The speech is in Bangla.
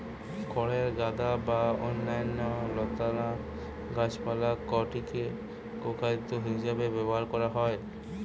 খড়ের গাদা বা অন্যান্য লতানা গাছপালা কাটিকি গোখাদ্য হিসেবে ব্যবহার করা হয়